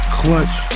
clutch